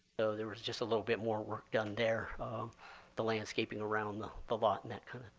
so there was just a little bit more work done there the landscaping around the the lot and that kind of